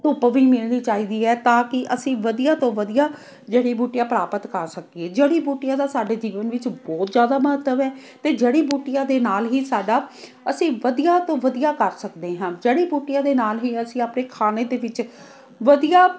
ਧੁੱਪ ਵੀ ਮਿਲਣੀ ਚਾਹੀਦੀ ਹੈ ਤਾਂ ਕਿ ਅਸੀਂ ਵਧੀਆ ਤੋਂ ਵਧੀਆ ਜੜੀ ਬੂਟੀਆਂ ਪ੍ਰਾਪਤ ਕਰ ਸਕੀਏ ਜੜੀ ਬੂਟੀਆਂ ਦਾ ਸਾਡੇ ਜੀਵਨ ਵਿੱਚ ਬਹੁਤ ਜ਼ਿਆਦਾ ਮਹੱਤਵ ਹੈ ਅਤੇ ਜੜੀ ਬੂਟੀਆਂ ਦੇ ਨਾਲ ਹੀ ਸਾਡਾ ਅਸੀਂ ਵਧੀਆ ਤੋਂ ਵਧੀਆ ਕਰ ਸਕਦੇ ਹਾਂ ਜੜੀ ਬੂਟੀਆਂ ਦੇ ਨਾਲ ਹੀ ਅਸੀਂ ਆਪਣੇ ਖਾਣੇ ਦੇ ਵਿੱਚ ਵਧੀਆ